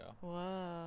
Whoa